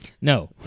No